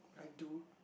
I do